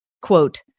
quote